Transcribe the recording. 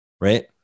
Right